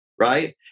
right